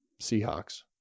Seahawks